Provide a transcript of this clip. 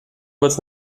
kurz